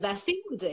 עשינו את זה.